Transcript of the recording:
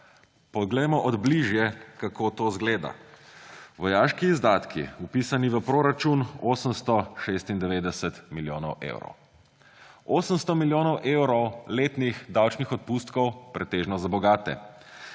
Poglejmo od bližje, kako to izgleda. Vojaški izdatki, vpisani v proračun, 896 milijonov evrov. 800 milijonov evrov letnih davčnih odpustkov pretežno za bogate.